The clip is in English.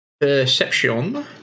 perception